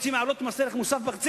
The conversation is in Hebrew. רוצים להעלות את מס ערך מוסף ב-0.5%,